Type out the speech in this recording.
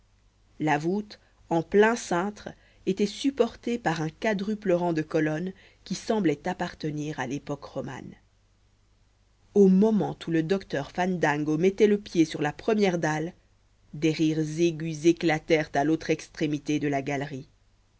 la voûte en plein cintre était supportée par un quadruple rang de colonnes qui semblaient appartenir à l'époque romane au moment où le docteur fandango mettait le pied sur la première dalle des rires aigus éclatèrent à l'autre extrémité de la galerie